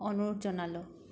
অনুৰোধ জনালোঁ